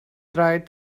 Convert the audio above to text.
tried